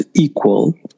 equal